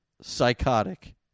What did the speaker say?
psychotic